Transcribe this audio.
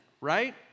right